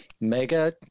mega